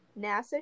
NASA